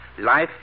Life